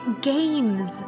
Games